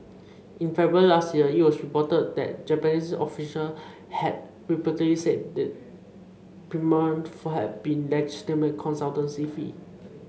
in February last year it was reported that Japanese official had repeatedly said the payment for had been legitimate consultancy fee